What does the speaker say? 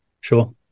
Sure